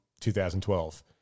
2012